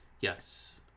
Yes